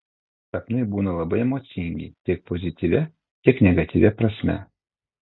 sapnai būna labai emocingi tiek pozityvia tiek negatyvia prasme